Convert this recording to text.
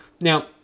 Now